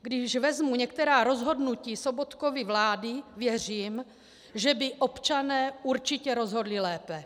Když vezmu některá rozhodnutí Sobotkovy vlády, věřím, že by občané určitě rozhodli lépe.